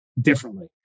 differently